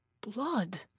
blood